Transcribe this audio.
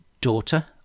daughter